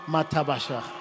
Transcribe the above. Matabasha